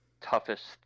toughest